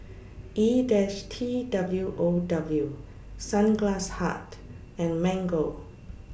E dash T W O W Sunglass Hut and Mango